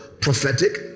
prophetic